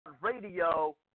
Radio